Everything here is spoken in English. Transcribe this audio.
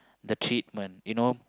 the treatment you know